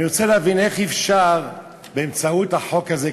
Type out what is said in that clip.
אני רוצה להבין איך אפשר באמצעות החוק הזה,